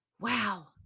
wow